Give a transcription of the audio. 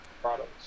products